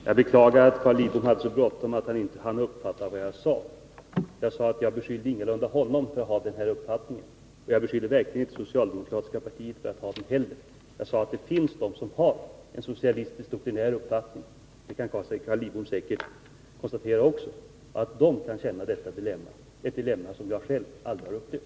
Herr talman! Jag beklagar att Carl Lidbom hade så bråttom att han inte hann uppfatta vad jag sade. Jag beskyllde ingalunda honom för att ha en doktrinär socialistisk uppfattning, och jag beskyllde verkligen inte heller socialdemokratiska partiet för att ha det. Jag sade att det finns de som har en doktrinär socialistisk uppfattning — det kan säkert också Carl Lidbom konstatera — och att de kan uppleva ett dilemma, ett dilemma som jag själv aldrig har upplevt.